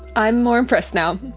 i'm more impressed now.